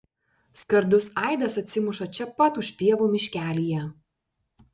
skardus aidas atsimuša čia pat už pievų miškelyje